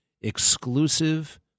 exclusive